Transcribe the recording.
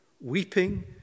weeping